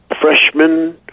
freshman